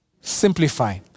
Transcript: Simplify